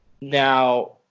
Now